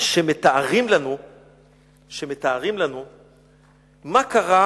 שמתארים לנו מה קרה